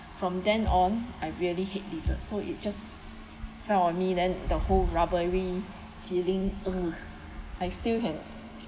from then on I really hate lizard so it just fell on me then the whole rubbery feeling ugh I still can